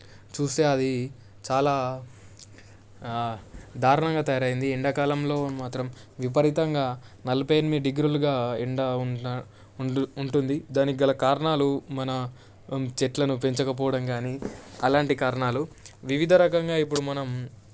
చూస్తే అది చాలా దారుణంగా తయారు అయ్యింది ఎండాకాలంలో మాత్రం విపరీతంగా నలభై ఎనిమిది డిగ్రీలుగా ఎండ ఉంట ఉంటుం ఉంటుంది దానికి గల కారణాలు మన చెట్లను పెంచకపోవడం కానీ అలాంటి కారణాలు వివిధ రకంగా ఇప్పుడు మనం